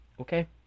Okay